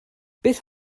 beth